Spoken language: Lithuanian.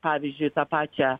pavyzdžiui tą pačią